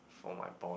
for my poly